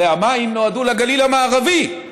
הרי המים נועדו לגליל המערבי,